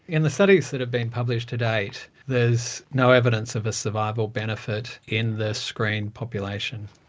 in the studies that have been published to date, there is no evidence of a survival benefit in the screened population.